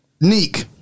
neek